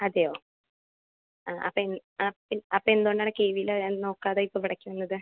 അതെയോ ആ അപ്പം ആ അപ്പം എന്തുകൊണ്ടാണ് കെ വിയിലെ അത് നോക്കാതെ ഇപ്പം ഇവിടേക്ക് വന്നത്